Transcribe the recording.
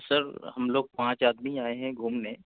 سر ہم لوگ پانچ آدمی آئے ہیں گھومنے